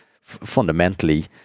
fundamentally